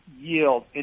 yield